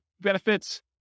benefits